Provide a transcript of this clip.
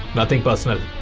nothing personal.